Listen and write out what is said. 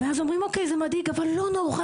ואז אומרים אוקי זה מדאיג אבל לא נורא,